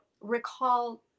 recall